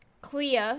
clea